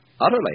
utterly